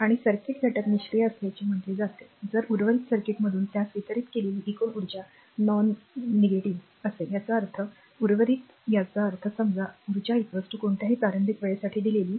तर सर्किट घटक निष्क्रीय असल्याचे म्हटले जाते जर उर्वरित सर्किटमधून त्यास वितरीत केलेली एकूण उर्जा नॉनएजेटिव्ह असेल तर याचा अर्थ उर्वरित याचा अर्थ समजा ऊर्जा कोणत्याही प्रारंभिक वेळेसाठी दिलेली